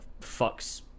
fucks